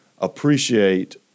appreciate